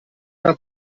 era